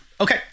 Okay